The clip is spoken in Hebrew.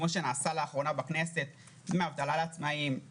כמו שנעשה לאחרונה בכנסת: דמי אבטלה לעצמאים,